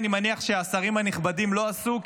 אני מניח שהשרים הנכבדים לא עשו,